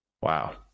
wow